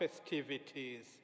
festivities